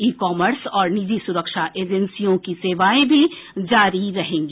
ई commerce और निजी सुरक्षा एजेंसियों की सेवाएं भी जारी रहेंगी